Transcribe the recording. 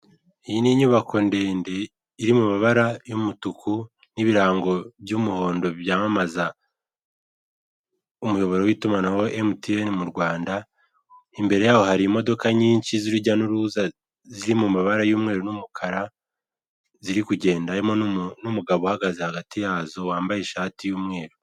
Iyi ni inyubako ndetse iri mumabara y' umutuku n' ibirango by' umuhondo byamamaza umuyoboro witumanaho wa MTN murwanda, imbere yaho hari imodoka nyinshi,z' urujya n' uruza ziri mumabara yumweru n' umukara ziri kugenda harimo n' umugabo uhagaze hagati yazo wambaye ishati y' umweru.